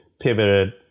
pivoted